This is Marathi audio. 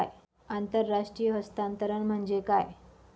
आंतरराष्ट्रीय हस्तांतरण म्हणजे काय?